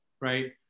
right